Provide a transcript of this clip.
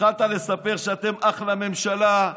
התחלת לספר שאתם אחלה ממשלה,